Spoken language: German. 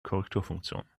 korrekturfunktion